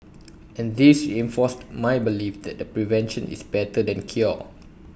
and this reinforced my belief that prevention is better than cure